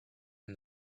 him